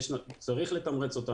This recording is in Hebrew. צריך לתמרץ אותה,